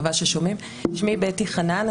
שמי בטי חנן.